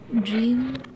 Dream